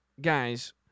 guys